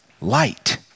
light